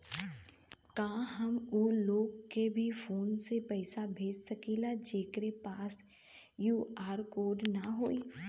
का हम ऊ लोग के भी फोन से पैसा भेज सकीला जेकरे पास क्यू.आर कोड न होई?